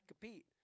compete